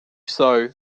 sow